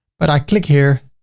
but i click here